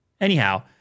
anyhow